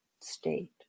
state